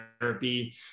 therapy